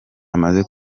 amaze